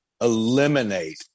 eliminate